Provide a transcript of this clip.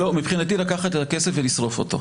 מבחינתי לקחת את הכסף ולשרוף אותו.